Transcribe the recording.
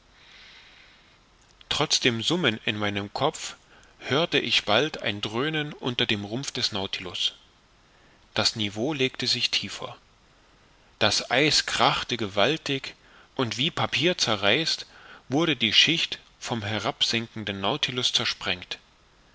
trotz dem summen in meinem kopf hörte ich bald ein dröhnen unter dem rumpf des nautilus das niveau legte sich tiefer das eis krachte gewaltig und wie papier zerreißt wurde die schicht vom herab sinkenden nautilus zersprengt